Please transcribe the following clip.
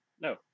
no